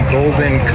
Golden